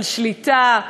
על שליטה,